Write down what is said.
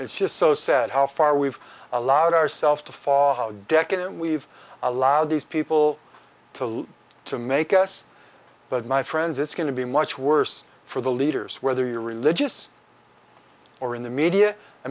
it's just so sad how far we've allowed ourselves to fall how dechen we've allowed these people to live to make us but my friends it's going to be much worse for the leaders whether you're religious or in the media i